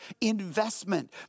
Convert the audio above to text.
investment